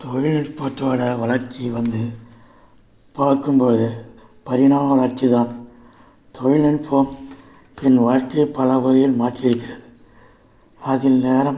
தொழில்நுட்பத்தோடய வளர்ச்சி வந்து பார்க்கும் பொழுது பரிணாம வளர்ச்சி தான் தொழில்நுட்பம் என் வாழ்க்கையை பலவகையில் மாற்றி இருக்கிறது அதில் நேரம்